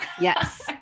Yes